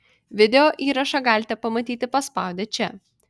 video įrašą galite pamatyti paspaudę čia